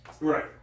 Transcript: Right